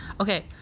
Okay